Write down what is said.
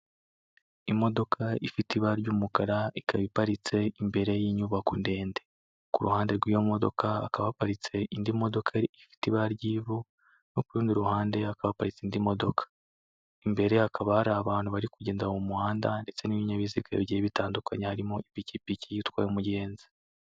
Imodoka ifite ibara ry'umukara, ikaba iparitse imbere y'inyubako ndende, ku ruhande rw'iyo modoka hakaba haparitse indi modoka ifite ibara ry'ivu no ku rundi ruhande hakaba haparitse indi modoka, imbere hakaba hari abantu bari kugenda mu muhanda ndetse n'ibinyabiziga bigiye bitandukanye harimo ipikipiki itwaye umugenzi.